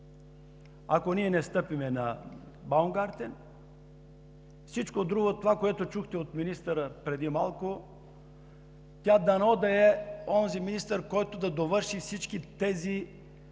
Ако ние не стъпим на Баумгартен… Всичко друго от това, което чухте от министъра преди малко, тя дано да е онзи министър, който да довърши всички тези